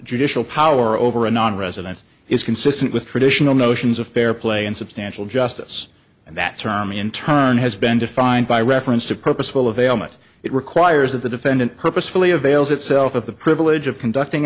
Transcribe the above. judicial power over a nonresident is consistent with traditional notions of fair play and substantial justice and that term in turn has been defined by reference to purposeful of ailment it requires that the defendant purposefully avails itself of the privilege of conducting